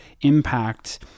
impact